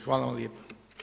Hvala vam lijepa.